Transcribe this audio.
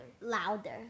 louder